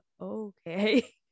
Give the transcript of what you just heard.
okay